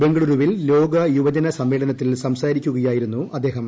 ബംഗലൂരുവിൽ ലോക യുവജന സമ്മേളനത്തിൽ സംസാരിക്കുകയായിരുന്നു അദ്ദേഹം